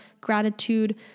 gratitude